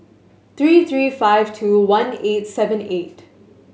three three five two one eight seven eight